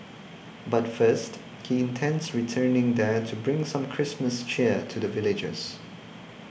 but first he intends returning there to bring some Christmas cheer to the villagers